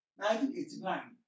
1989